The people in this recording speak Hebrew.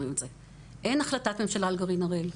אין החלטת ממשלה על גרעין הראל.